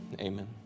Amen